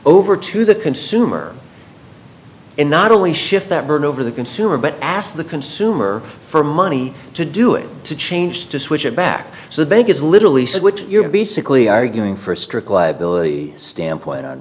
over to the consumer and not only shift that bird over the consumer but ask the consumer for money to do it to change to switch it back so the bank is literally so which you're basically arguing for strict liability standpoint on